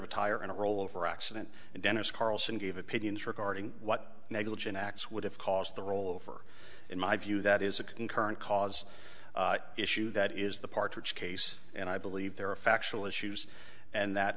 a tire in a rollover accident and dennis carlson gave opinions regarding what negligent acts would have caused the roll over in my view that is a concurrent cause issue that is the partridge case and i believe there are factual issues and that